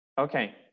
Okay